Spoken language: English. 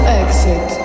exit